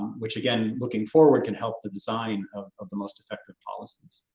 which again, looking forward can help the design of the most effective policies.